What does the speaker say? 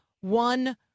one